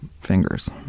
fingers